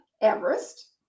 Everest